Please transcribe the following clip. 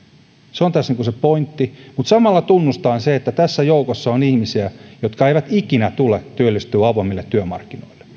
se on tässä se pointti mutta samalla on tunnustettava se että tässä joukossa on ihmisiä jotka eivät ikinä tule työllistymään avoimille työmarkkinoille